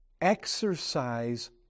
Exercise